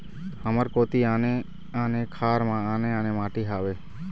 हमर कोती आने आने खार म आने आने माटी हावे?